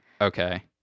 Okay